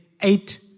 eight